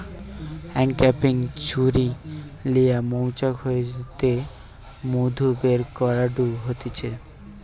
uncapping ছুরি লিয়া মৌচাক হইতে মধু বের করাঢু হতিছে